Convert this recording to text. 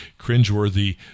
cringeworthy